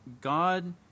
God